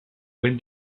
ben